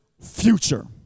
future